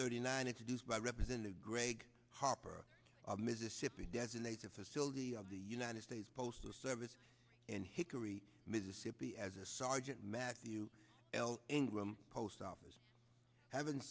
thirty nine introduced by represent a grade hopper mississippi designated facility of the united states postal service and hickory mississippi as a sergeant matthew l ingram post office haven't